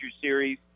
series